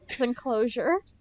enclosure